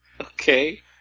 Okay